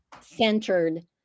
centered